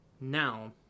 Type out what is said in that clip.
now